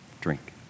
Drink